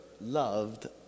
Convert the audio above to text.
loved